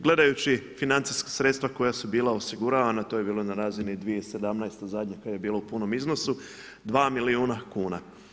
Gledajući financijska sredstva koja su bila osiguravana, to je bilo na razini 2017. zadnje kad je bilo u punom iznosu, 2 milijuna kuna.